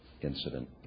incident